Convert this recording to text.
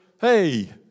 hey